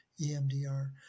EMDR